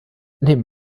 neben